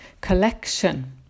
collection